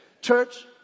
Church